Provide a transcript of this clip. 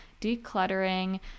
decluttering